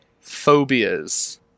phobias